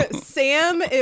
Sam